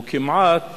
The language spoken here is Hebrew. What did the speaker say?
הוא כמעט